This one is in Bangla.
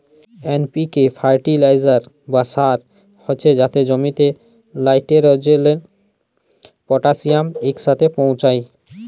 এন.পি.কে ফার্টিলাইজার বা সার হছে যাতে জমিতে লাইটেরজেল, পটাশিয়াম ইকসাথে পৌঁছায়